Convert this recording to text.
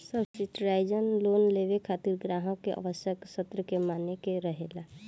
subsidise loan लेबे खातिर ग्राहक के आवश्यक शर्त के माने के रहेला